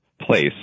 place